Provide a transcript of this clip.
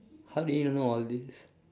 how did you know all these